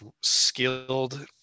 skilled